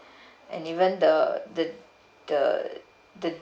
and even the the the the